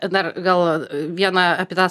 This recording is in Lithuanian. dar gal vieną apie tą